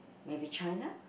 maybe China